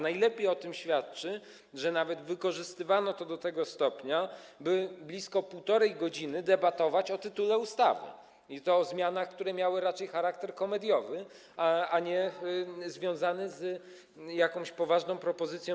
Najlepiej o tym świadczy to, że nawet wykorzystywano to do tego stopnia, by blisko 1,5 godziny debatować o tytule ustawy, i to o zmianach, które miały raczej charakter komediowy, a nie związany z jakąś poważną propozycją.